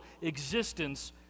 existence